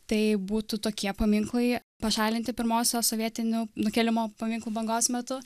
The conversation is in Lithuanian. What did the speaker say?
tai būtų tokie paminklai pašalinti pirmosios sovietinių nukėlimo paminklų bangos metu